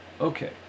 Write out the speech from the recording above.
Okay